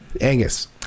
Angus